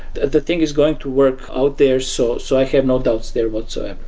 the thing is going to work out there. so so i have no doubts there, whatsoever.